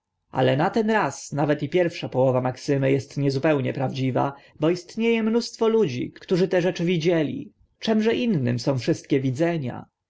ale na ten raz nawet i pierwsza połowa maksymy est niezupełnie prawdziwa bo istnie e mnóstwo ludzi którzy te rzeczy widzieli czymże innym są wszystkie widzenia